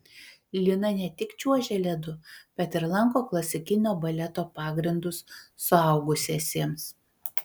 lina ne tik čiuožia ledu bet ir lanko klasikinio baleto pagrindus suaugusiesiems